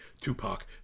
Tupac